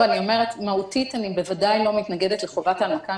מהותית אני בוודאי לא מתנגדת לחובת ההנמקה,